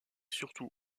surtout